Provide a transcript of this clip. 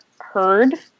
heard